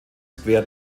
square